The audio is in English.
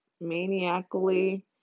maniacally